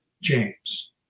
James